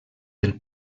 del